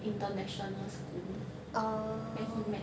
international school where he met